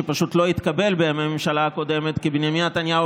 שפשוט לא התקבל בימי הממשלה הקודמת כי בנימין נתניהו